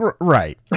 right